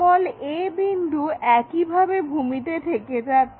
a বিন্দু একইভাবে ভূমিতে থেকে যাচ্ছে